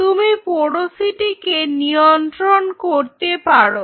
তুমি পোরোসিটিকে নিয়ন্ত্রণ করতে পারো